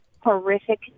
horrific